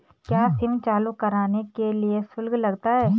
क्या सिम चालू कराने के लिए भी शुल्क लगता है?